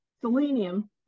selenium